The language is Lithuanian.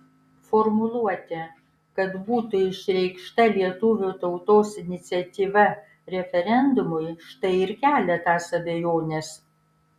formuluotė kad būtų išreikšta lietuvių tautos iniciatyva referendumui štai ir kelia tas abejones